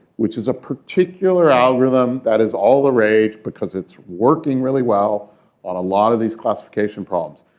which is a particular algorithm that is all the rage because it's working really well on a lot of these classification problems.